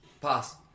Pass